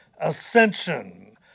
ascension